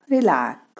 Relax